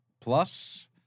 plus